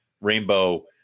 rainbow